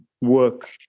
work